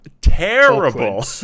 terrible